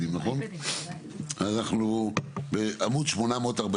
כי אני עליתי לוועדת רווחה